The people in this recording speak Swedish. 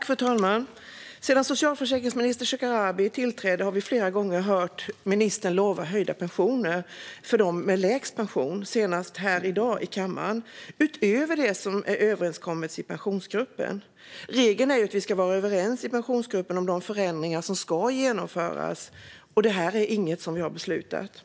Fru talman! Sedan socialförsäkringsminister Shekarabi tillträdde har vi flera gånger, senast i dag här i kammaren, hört ministern lova höjda pensioner för dem med lägst pension, utöver det som är överenskommet i Pensionsgruppen. Regeln är att vi i Pensionsgruppen ska vara överens om de förändringar som ska genomföras. Det här är inte något som vi har beslutat om.